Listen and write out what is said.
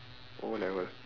O level